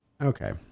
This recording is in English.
Okay